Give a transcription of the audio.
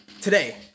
today